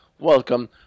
Welcome